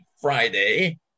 Friday